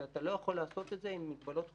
כי אתה לא יכול לעשות את זה עם מגבלות חוקיות.